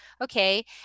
Okay